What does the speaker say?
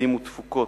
מדדים ותפוקות,